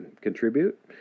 contribute